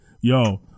Yo